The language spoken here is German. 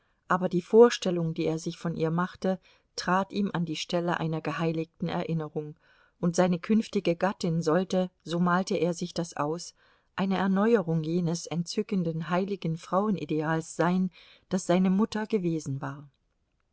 aber die vorstellung die er sich von ihr machte trat ihm an die stelle einer geheiligten erinnerung und seine künftige gattin sollte so malte er sich das aus eine erneuerung jenes entzückenden heiligen frauenideals sein das seine mutter gewesen war